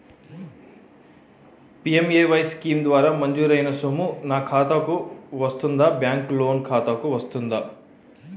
PMAY scheme ద్వారా మంజూరైన సొమ్ము నా ఖాతా కు వస్తుందాబ్యాంకు లోన్ ఖాతాకు వస్తుందా?